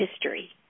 history